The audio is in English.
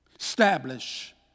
Establish